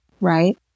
right